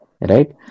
Right